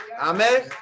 Amen